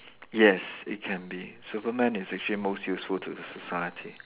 yes it can be Superman is actually most useful to the society